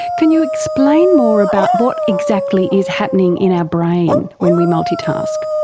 can you explain more about what exactly is happening in our brain when we multitask?